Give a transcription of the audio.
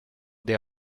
des